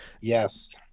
Yes